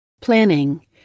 Planning